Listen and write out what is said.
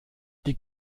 die